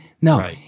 No